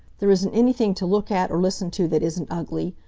there isn't anything to look at or listen to that isn't ugly.